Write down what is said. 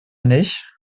nicht